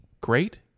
great